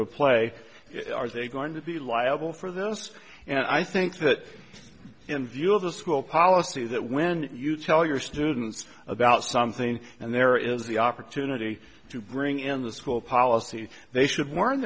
to a play are they going to be liable for this and i think that in view of the school policy that when you tell your students about something and there is the opportunity to bring in the school policy they should warn